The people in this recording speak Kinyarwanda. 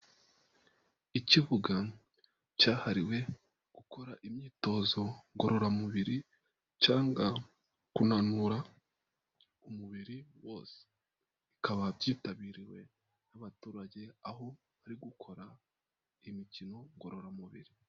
Ikibuga cyahariwe gukora imyitozo ngororamubiri cyangwa kunanura umubiri wose bikaba byitabiriwe n'abaturage, aho bari gukora imikino ngororamubiri.